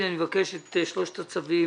אני מבקש להציג את שלושת הצווים.